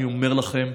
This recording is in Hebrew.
אני אומר לכם,